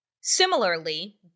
similarly